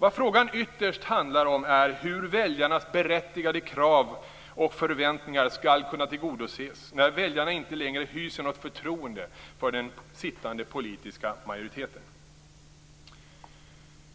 Vad frågan ytterst handlar om är hur väljarnas berättigade krav och förväntningar skall kunna tillgodoses när väljarna inte längre hyser något förtroende för den sittande politiska majoriteten.